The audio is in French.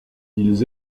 ils